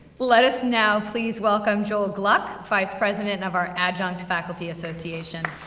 let us now please welcome joel gluck, vice president of our adjunct faculty association.